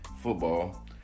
football